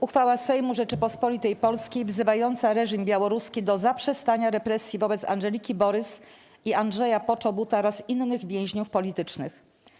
Uchwała Sejmu Rzeczypospolitej Polskiej wzywająca reżim białoruski do zaprzestania represji wobec Andżeliki Borys i Andrzeja Poczobuta oraz innych więźniów politycznych.